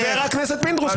חבר הכנסת פינדרוס,